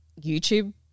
YouTube